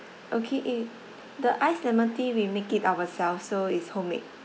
okay eh the iced lemon tea we make it ourselves so it's homemade